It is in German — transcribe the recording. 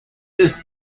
ist